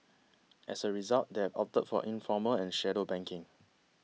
as a result they've opted for informal and shadow banking